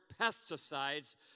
pesticides